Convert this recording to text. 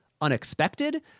unexpected